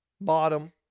bottom